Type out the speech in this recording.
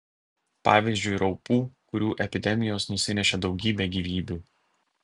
pavyzdžiui raupų kurių epidemijos nusinešė daugybę gyvybių